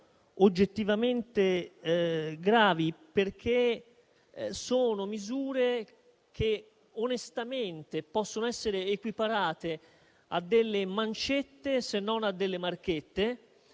oggettivamente gravi, perché onestamente possono essere equiparate a delle mancette, se non a delle marchette,